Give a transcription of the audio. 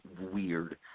weird